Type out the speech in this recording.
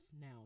now